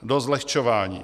Dost zlehčování.